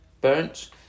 burnt